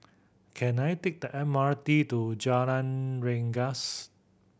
can I take the M R T to Jalan Rengas